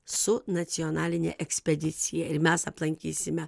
su nacionaline ekspedicija ir mes aplankysime